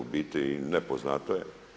U biti i nepoznato je.